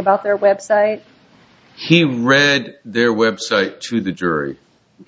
about their website he read their website to the jury